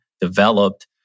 developed